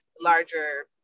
larger